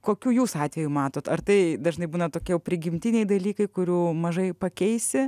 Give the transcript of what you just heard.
kokių jūs atvejų matot ar tai dažnai būna tokie jau prigimtiniai dalykai kurių mažai pakeisi